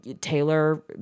Taylor